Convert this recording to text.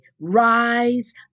rise